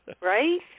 Right